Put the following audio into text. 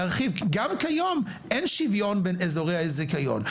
להרחיב כי גם כיום אין שוויון בין אזורי הזיכיון.